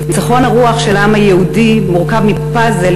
ניצחון הרוח של העם היהודי מורכב מפאזל